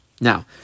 Now